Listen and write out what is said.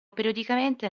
periodicamente